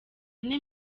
wanjye